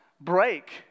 break